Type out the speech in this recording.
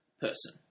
person